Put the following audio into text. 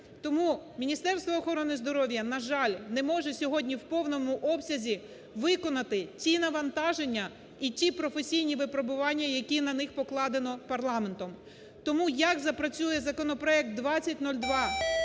Тому Міністерство охорони здоров'я, на жаль, не може сьогодні в повному обсязі виконати ті навантаження і ті професійні випробування, які на них покладено парламентом. Тому, як запрацює законопроект 2002,